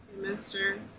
Mister